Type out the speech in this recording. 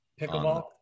pickleball